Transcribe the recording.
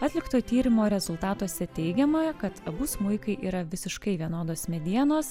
atlikto tyrimo rezultatuose teigiama kad abu smuikai yra visiškai vienodos medienos